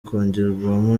kongeramo